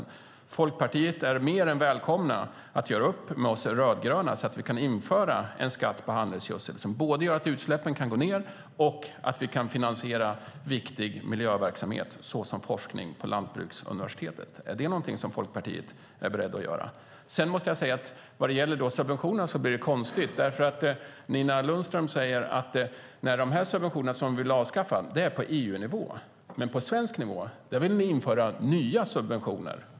Ni i Folkpartiet är mer än välkomna att göra upp med oss rödgröna, så att vi kan införa en skatt på handelsgödsel som både gör att utsläppen kan gå ned och att vi kan finansiera viktig miljöverksamhet, såsom forskning vid Lantbruksuniversitetet. Är det något som Folkpartiet är berett att göra? Vad gäller subventionerna blir det konstigt. Nina Lundström säger att de subventioner man vill avskaffa är på EU-nivå, men på svensk nivå vill ni införa nya subventioner.